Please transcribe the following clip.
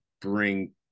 bring